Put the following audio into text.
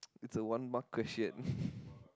it's a one mark question